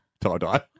tie-dye